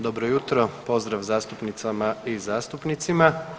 Dobro jutro, pozdrav zastupnicama i zastupnicima.